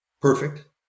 perfect